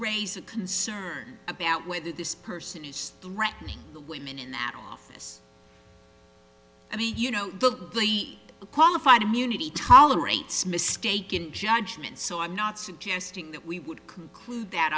raise a concern about whether this person is threatening the women in that office and he you know the qualified immunity tolerates mistake in judgment so i'm not suggesting that we would conclude that